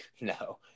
no